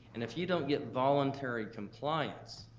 and if you don't get voluntary compliance,